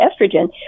estrogen